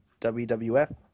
WWF